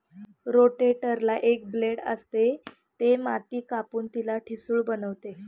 रोटेटरला एक ब्लेड असते, जे माती कापून तिला ठिसूळ बनवते